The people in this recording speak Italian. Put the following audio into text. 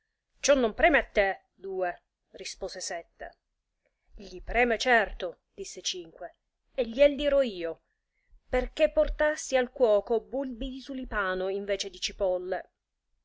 ciò non preme a te due ripose sette gli preme certo disse cinque e gliel dirò io perchè portasti al cuoco bulbi di tulipano invece di cipolle